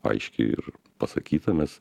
aiškiai ir pasakyta nes